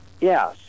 Yes